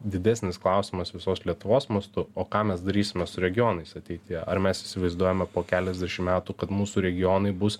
didesnis klausimas visos lietuvos mastu o ką mes darysime su regionais ateityje ar mes įsivaizduojame po keliasdešim metų kad mūsų regionai bus